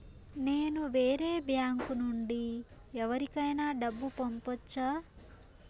నేను వేరే బ్యాంకు నుండి ఎవరికైనా డబ్బు పంపొచ్చా?